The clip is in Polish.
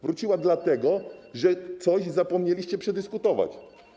Wróciła dlatego, że coś zapomnieliście przedyskutować.